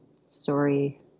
story